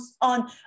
on